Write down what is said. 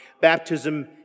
baptism